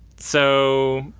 so.